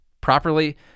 properly